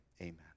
amen